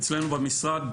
אצלנו במשרד,